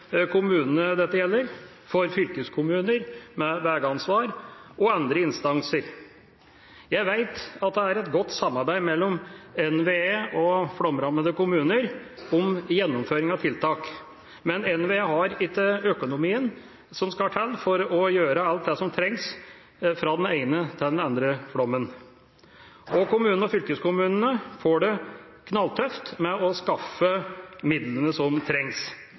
kommunene det gjelder, for fylkeskommuner med veiansvar og andre instanser. Jeg vet at det er et godt samarbeid mellom NVE og flomrammede kommuner om gjennomføring av tiltak, men NVE har ikke økonomien som skal til for å gjøre alt som trengs, fra den ene til den andre flommen, og kommunene og fylkeskommunene får det knalltøft med å skaffe midlene som trengs.